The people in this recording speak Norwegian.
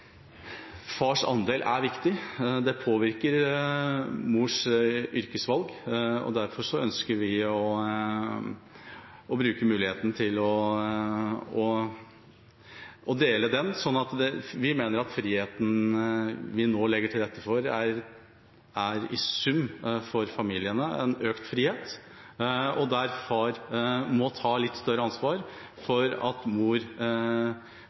fars andel er viktig. Det påvirker mors yrkesvalg, derfor ønsker vi å bruke muligheten til å dele foreldrepermisjonen. Vi mener at friheten vi nå legger til rette for, i sum er en økt frihet for familiene, og der far må ta litt større ansvar for at mor